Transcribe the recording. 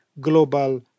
global